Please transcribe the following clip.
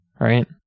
right